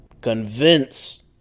Convince